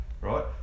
right